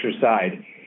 side